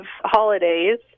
holidays